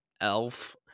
elf